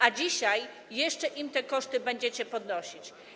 A dzisiaj jeszcze im te koszty będziecie podnosić.